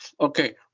Okay